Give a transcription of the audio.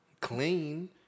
Clean